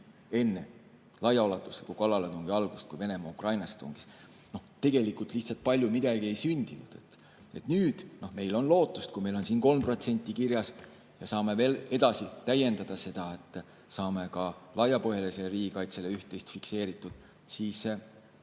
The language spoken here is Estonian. enne laiaulatusliku kallaletungi algust, kui Venemaa Ukrainasse tungis? Tegelikult lihtsalt palju midagi ei sündinud. Nüüd meil on lootust, et kui meil on siin 3% kirjas ja saame veel edasi täiendada seda, siis saame ka laiapõhjalisele riigikaitsele üht-teist fikseeritud. Siis on